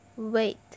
wait